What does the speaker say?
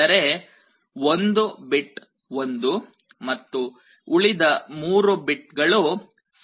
ಅಂದರೆ ಒಂದು ಬಿಟ್ 1 ಮತ್ತು ಉಳಿದ 3 ಬಿಟ್ ಗಳು 0